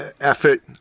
effort